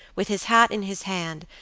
with his hat in his hand,